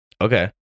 Okay